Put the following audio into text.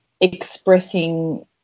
expressing